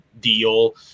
deal